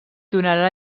donarà